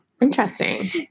Interesting